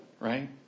Right